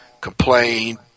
complain